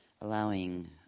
allowing